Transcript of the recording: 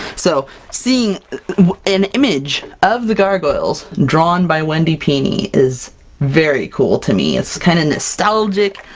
so seeing an image of the gargoyles drawn by wendy pini is very cool to me! it's kind of nostalgic,